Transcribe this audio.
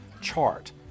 chart